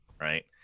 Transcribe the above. right